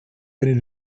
einen